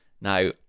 Now